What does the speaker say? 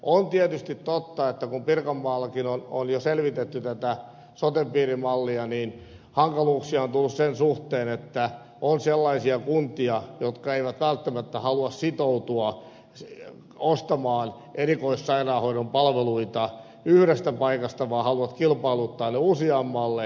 on tietysti totta että kun pirkanmaallakin on jo selvitetty tätä sote piirimallia niin hankaluuksia on tullut sen suhteen että on sellaisia kuntia jotka eivät välttämättä halua sitoutua ostamaan erikoissairaanhoidon palveluita yhdestä paikasta vaan haluavat kilpailuttaa ne useammalla